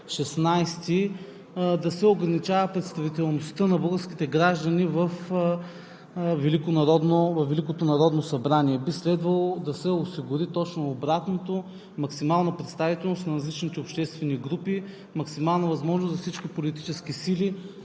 да се ограничава представителността на българските граждани във Великото народно събрание. Би следвало да се осигури точно обратното – максимална представителност на различните обществени групи, максимална възможност за всички политически сили